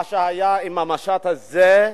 מה שהיה עם המשט הזה,